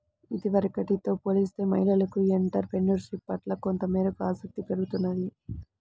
ఇదివరకటితో పోలిస్తే మహిళలకు ఎంటర్ ప్రెన్యూర్షిప్ పట్ల కొంతమేరకు ఆసక్తి పెరుగుతున్నది